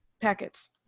packets